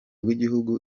rw’igihugu